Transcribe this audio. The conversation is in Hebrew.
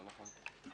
לא נכון.